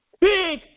Big